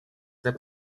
этой